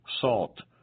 salt